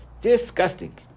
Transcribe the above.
Disgusting